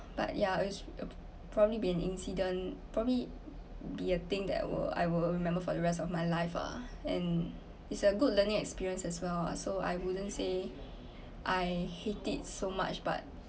but yeah it's probably been incident probably be a thing that will I will remember for the rest of my life ah and it's a good learning experience as well so I wouldn't say I hate it so much but